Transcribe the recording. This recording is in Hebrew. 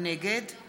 נגד